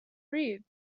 read